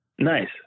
Nice